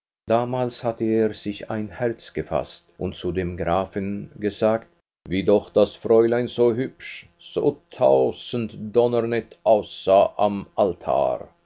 befallen damals hatte er sich ein herz gefaßt und zu dem grafen gesagt wie doch das fräulein so hübsch so tausenddonnernett aussah am altar